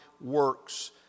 works